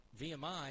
VMI